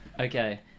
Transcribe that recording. Okay